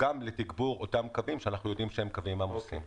לתגבור אותם קווים שאנחנו יודעים שהם קווים עמוסים.